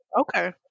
Okay